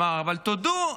הוא אמר: אבל תודו,